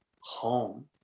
home